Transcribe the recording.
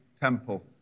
temple